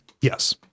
yes